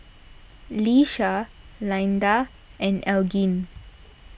Lesha Lynda and Elgin